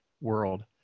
world